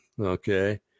Okay